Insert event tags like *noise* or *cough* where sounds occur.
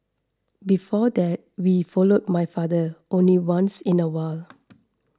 before that we followed my father only once in a while *noise*